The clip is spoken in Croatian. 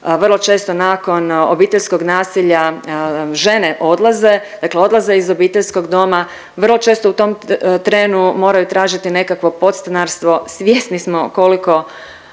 vrlo često nakon obiteljskog nasilja žene odlaze, dakle odlaze iz obiteljskog doma. Vrlo često u tom trenu moraju tražiti nekakvo podstanarstvo, svjesni smo koliko